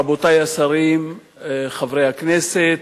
רבותי השרים, חברי הכנסת,